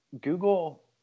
Google